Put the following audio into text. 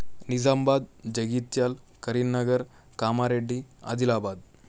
Nizamabad Jagtial Karimnagar Kamareddy Adilabad